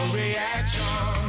reaction